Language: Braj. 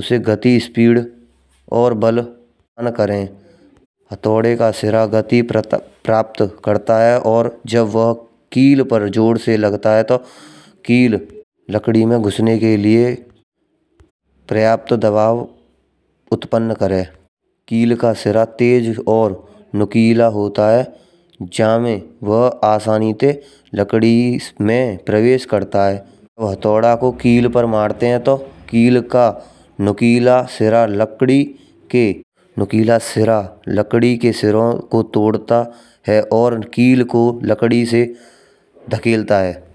उसे गति स्पीड और बल उत्पन्न करें। हथौड़े का शिरा गति प्राप्त करता है और जब वह कील पर जोर से लगत ह तो कील लकड़ी मा घुसने के लिए पर्याप्त दबाव उत्पन्न करें। कील का शिरा तेज और नुकीला होता है जामे वह आसानी ते लकड़ी में प्रवेश करता है। वह हथौड़ा को कील पर मारते हैं तो कील का नुकीला शिरा लकड़ी के नुकीला शिरा लकड़ी के शिरो को तोड़ता है और कील को लकड़ी से धकेलता है।